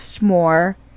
more